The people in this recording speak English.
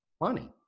money